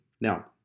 Now